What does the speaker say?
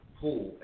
pool